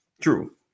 True